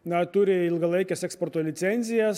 na turi ilgalaikes eksporto licencijas